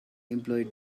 employed